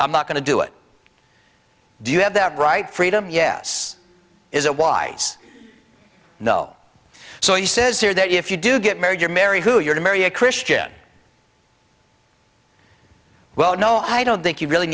i'm not going to do it do you have that right freedom yes is it wise no so he says here that if you do get married your marry who you're to marry a christian well no i don't think you really